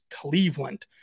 Cleveland